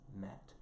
met